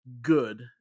good